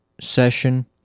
session